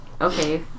okay